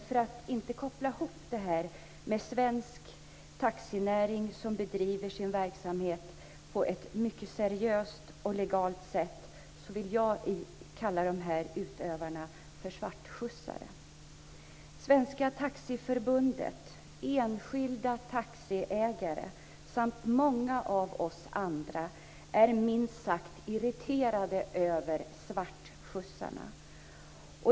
För att inte koppla ihop svarttaxi med svensk taxinäring, som bedriver sin verksamhet på ett mycket seriöst och legalt sätt, vill jag kalla svarttaxiutövarna Svenska Taxiförbundet, enskilda taxiägare samt många av oss andra är minst sagt irriterade över svartskjutsarna.